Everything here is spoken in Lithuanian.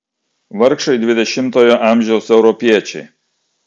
vargšai dvidešimtojo amžiaus europiečiai